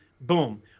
boom